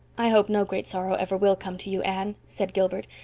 i hope no great sorrow ever will come to you, anne, said gilbert,